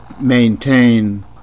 maintain